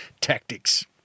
tactics